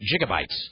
gigabytes